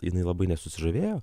jinai labai nesusižavėjo